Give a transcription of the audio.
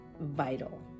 vital